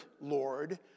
Lord